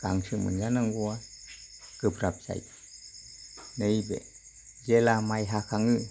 गांसो मोनजानांगौवा गोब्राब जायो नैबे जेब्ला माइ हाखाङो